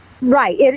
Right